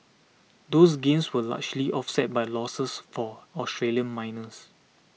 those gains were largely offset by losses for Australian miners